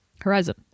Horizon